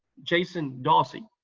jason dawsey.